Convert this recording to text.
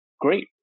great